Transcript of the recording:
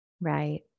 Right